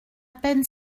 peine